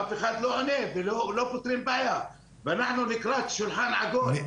אף אחד לא עונה ולא פותרים בעיה ואנחנו לקראת שולחן עגול.